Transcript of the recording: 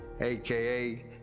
aka